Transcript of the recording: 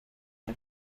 are